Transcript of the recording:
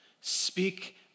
speak